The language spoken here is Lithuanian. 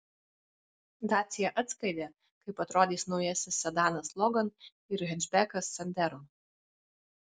dacia atskleidė kaip atrodys naujasis sedanas logan ir hečbekas sandero